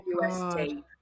USD